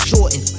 Jordan